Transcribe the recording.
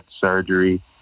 surgery